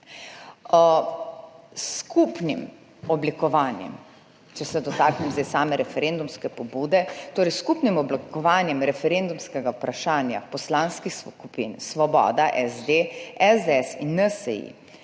odločitve. Če se dotaknem zdaj same referendumske pobude, s skupnim oblikovanjem referendumskega vprašanja poslanskih skupin Svoboda, SD, SDS in NSi